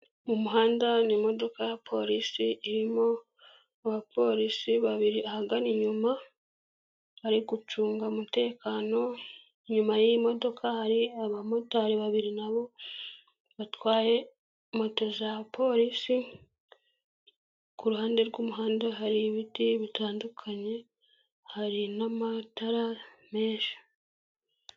Mu muhanda ni imodoka ya polisi irimo abapolisi babiri ahagana inyuma, bari gucunga umutekano, inyuma y'iyi modoka hari abamotari babiri na bo batwaye moto za polisi, ku ruhande rw'umuhanda hari ibiti bitandukanye, hari n'amatara menshi.